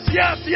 yes